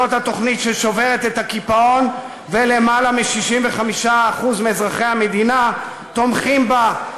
זאת התוכנית ששוברת את הקיפאון ולמעלה מ-65% מאזרחי המדינה תומכים בה,